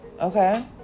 okay